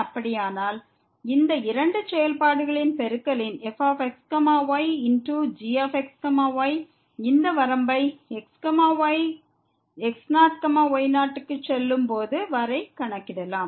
அப்படியானால் இந்த இரண்டு செயல்பாடுகளின் பெருக்கலின் fx ygx y இந்த வரம்பை x y x0 y0 க்கு செல்லும் போது வரை கணக்கிடலாம்